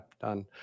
Done